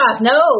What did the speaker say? no